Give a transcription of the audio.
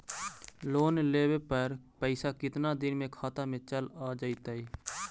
Loan लेब पर पैसा कितना दिन में खाता में चल आ जैताई?